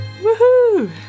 Woohoo